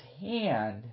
hand